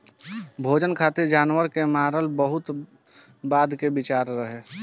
भोजन खातिर जानवर के मारल बहुत बाद के विचार रहे